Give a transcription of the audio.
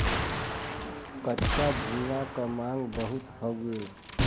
कच्चा झींगा क मांग बहुत हउवे